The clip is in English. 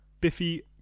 Biffy